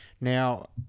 Now